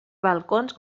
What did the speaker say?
balcons